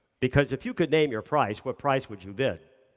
because, if you could name your price, what price would you bid?